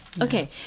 Okay